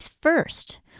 First